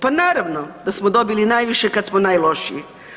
Pa naravno da smo dobili najviše kad smo najlošiji.